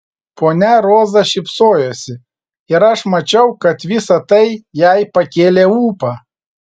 ponia roza šypsojosi ir aš mačiau kad visa tai jai pakėlė ūpą